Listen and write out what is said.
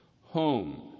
Home